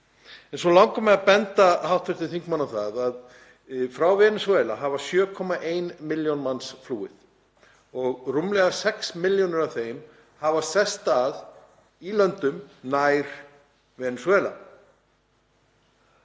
Svo langar mig að benda hv. þingmanni á það að frá Venesúela hefur 7,1 milljón manns flúið og rúmlega 6 milljónir af þeim hafa sest að í löndum nær Venesúela